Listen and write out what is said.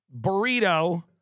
burrito